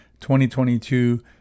2022